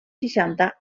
seixanta